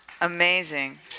Amazing